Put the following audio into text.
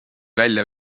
välja